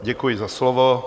Děkuji za slovo.